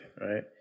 Right